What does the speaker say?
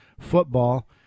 football